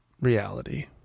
reality